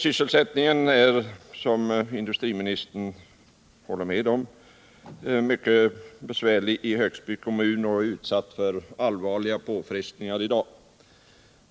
Sysselsättningsläget är, som industriministern håller med om, mycket besvärligt i Högsby kommun och är utsatt för allvarliga påfrestningar.